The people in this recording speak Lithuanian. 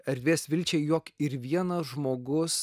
erdvės vilčiai jog ir vienas žmogus